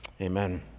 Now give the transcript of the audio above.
Amen